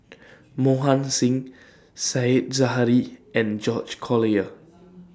Mohan Singh Said Zahari and George Collyer